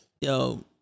Yo